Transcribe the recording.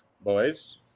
Boys